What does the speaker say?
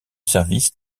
service